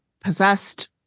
possessed